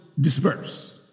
disperse